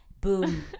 Boom